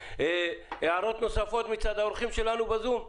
הערות נוספות מצד האורחים שלנו בזום?